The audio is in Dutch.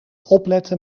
opletten